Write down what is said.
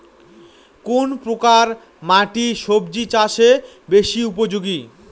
কোন প্রকার মাটি সবজি চাষে বেশি উপযোগী?